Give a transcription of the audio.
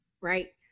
right